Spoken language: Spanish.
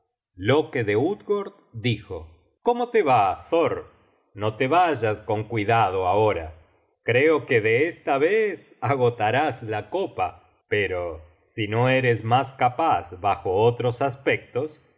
loke de utgord dijo cómo te va thor no te vayas con cuidado ahora creo que de esta vez agotarás la copa pero si no eres mas capaz bajo otros aspectos